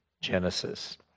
Genesis